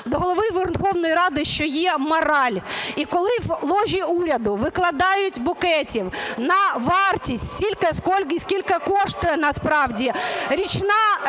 до Голови Верховної Ради, що є мораль, і коли в ложі уряду викладають букетів на вартість стільки, скільки коштує насправді річна